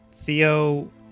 Theo